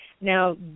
Now